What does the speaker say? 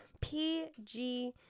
PG